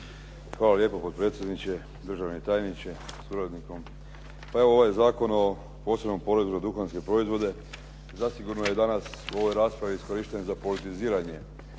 Hvala lijepo potpredsjedniče, državni tajniče sa suradnikom. Pa evo ovaj Zakon o posebnom porezu na duhanske proizvode zasigurno je danas u ovoj raspravi iskorišten za politiziranje.